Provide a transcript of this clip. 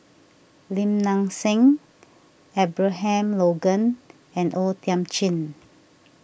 Lim Nang Seng Abraham Logan and O Thiam Chin